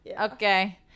okay